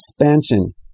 expansion